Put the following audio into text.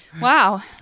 wow